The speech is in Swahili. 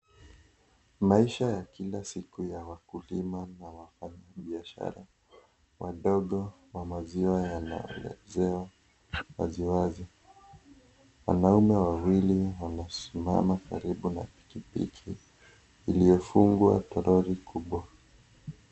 Maisha ya kila siku ya wakulima wanabiashara wadogo wa maziwa wanaongezewa wasiwasi wanaume wawili wamesimama karibu na pikipiki iliyofungwa toroli kubwa .